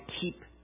keep